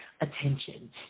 attention